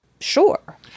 Sure